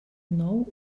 nou